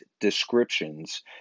descriptions